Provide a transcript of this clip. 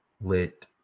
lit